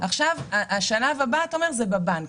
עכשיו השלב הבא הוא בבנק.